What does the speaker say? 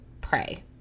pray